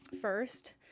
first